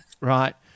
right